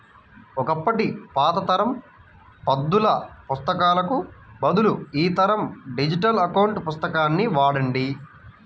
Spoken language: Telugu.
ఒకప్పటి పాత తరం పద్దుల పుస్తకాలకు బదులు ఈ తరం డిజిటల్ అకౌంట్ పుస్తకాన్ని వాడండి